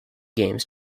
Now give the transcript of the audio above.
games